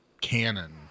canon